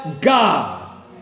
God